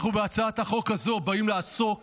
בהצעה הזו אנחנו באים לעסוק